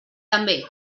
també